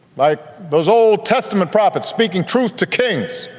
like those old testament prophets speaking truth to kings